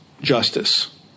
justice